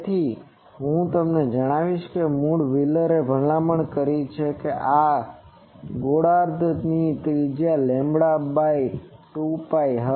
તેથી હવે હું તમને જણાવીશ કે મૂળ વ્હીલરે ભલામણ કરી છે કે આ ગોળાર્ધની ત્રિજ્યા જે લેમ્બડા બાય 2 pi